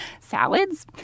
salads